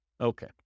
Okay